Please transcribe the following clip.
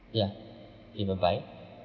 ya okay bye bye